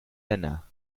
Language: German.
renner